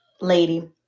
lady